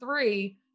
three